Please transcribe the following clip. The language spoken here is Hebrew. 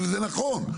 וזה נכון.